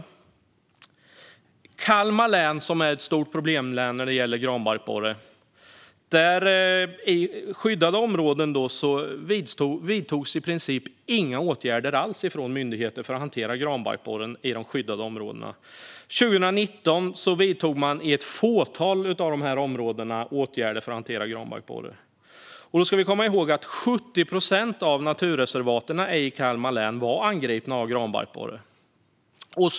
I skyddade områden i Kalmar län, som är ett stort problemlän när det gäller granbarkborren, vidtogs i princip inga åtgärder alls från myndigheters sida för att hantera granbarkborren. År 2019 vidtog man i ett fåtal av de här områdena åtgärder för att hantera granbarkborren. Då ska vi komma ihåg att 70 procent av naturreservaten i Kalmar län var angripna av granbarkborre.